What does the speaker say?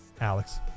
Alex